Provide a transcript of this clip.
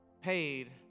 paid